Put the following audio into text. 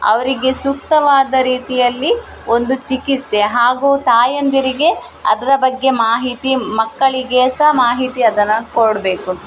ಅವರಿಗೆ ಸೂಕ್ತವಾದ ರೀತಿಯಲ್ಲಿ ಒಂದು ಚಿಕಿತ್ಸೆ ಹಾಗೂ ತಾಯಂದಿರಿಗೆ ಅದರ ಬಗ್ಗೆ ಮಾಹಿತಿ ಮಕ್ಕಳಿಗೆ ಸಹ ಮಾಹಿತಿ ಅದನ್ನು ಕೊಡಬೇಕು